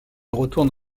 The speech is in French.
retourne